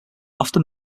often